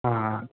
हा